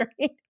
Right